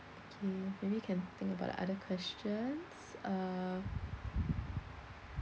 okay maybe can think about the other questions uh